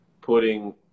putting